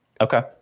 Okay